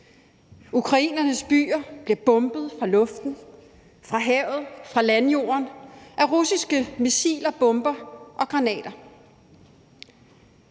Ukrainernes byer bliver bombet fra luften, fra havet og fra landjorden af russiske missiler, bomber og granater.